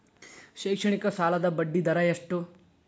ಶೈಕ್ಷಣಿಕ ಸಾಲದ ಬಡ್ಡಿ ದರ ಎಷ್ಟು?